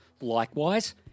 Likewise